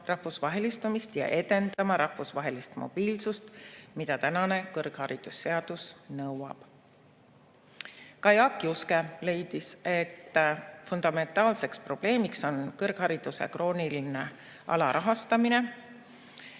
rahvusvahelistumist ja edendama rahvusvahelist mobiilsust, mida praegune kõrgharidusseadus nõuab. Ka Jaak Juske leidis, et fundamentaalseks probleemiks on kõrghariduse krooniline alarahastamine.